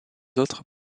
autres